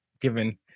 given